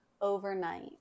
overnight